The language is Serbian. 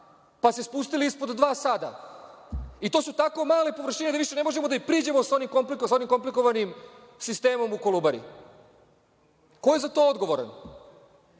pa se spustili ispod dva sada. To su tako male površine da više ne možemo da im priđemo sa onim komplikovanim sistemom u „Kolubari“.Ko je za to odgovoran?